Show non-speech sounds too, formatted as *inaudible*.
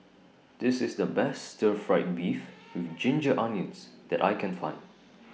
This IS The Best Stir Fried Beef *noise* with Ginger Onions that I Can Find *noise*